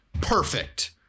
perfect